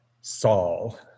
Saul